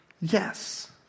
yes